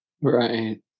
Right